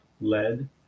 lead